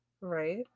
Right